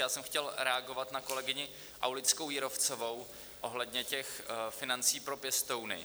Já jsem chtěl reagovat na kolegyni Aulickou Jírovcovou ohledně těch financí pro pěstouny.